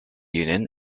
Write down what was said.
union